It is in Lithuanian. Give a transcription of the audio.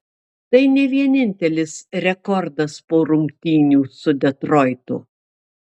tai ne vienintelis rekordas po rungtynių su detroitu